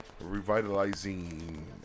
revitalizing